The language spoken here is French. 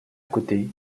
côté